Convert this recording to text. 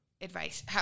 advice